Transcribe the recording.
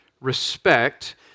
respect